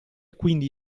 quindi